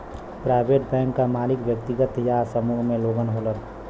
private bank क मालिक व्यक्तिगत या समूह में लोग होलन